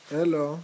Hello